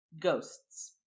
Ghosts